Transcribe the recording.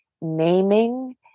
naming